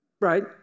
Right